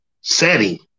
setting